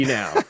now